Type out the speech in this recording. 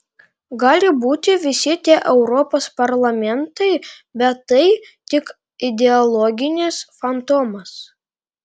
gali būti visi tie europos parlamentai bet tai tik ideologinis fantomas